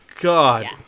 god